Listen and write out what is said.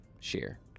share